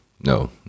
No